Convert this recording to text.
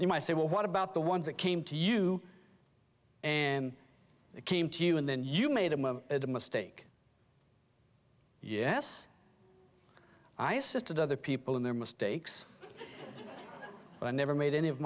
you might say well what about the ones that came to you and it came to you and then you made a mistake yes i assisted other people in their mistakes but i never made any of